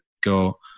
go